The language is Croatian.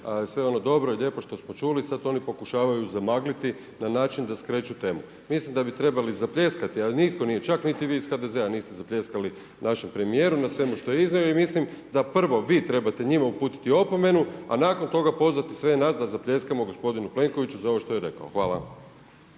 sve ono dobro i lijepo što smo čuli sad oni pokušavaju zamagliti na način da skreću temu. Mislim da bi trebali zapljeskati a nitko nije, čak niti vi iz HDZ-a niste zapljeskali našem premijeru zna svemu što je iznio i mislim da prvo vi njima trebate uputiti opomenu a nakon toga pozvati sve nas da zapljeskamo gospodinu Plenkoviću za ovo što je rekao. Hvala.